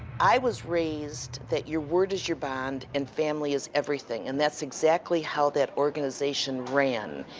i was raised that your word is your bond, and family is everything. and that's exactly how that organization ran.